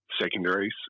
secondaries